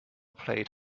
played